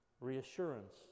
reassurance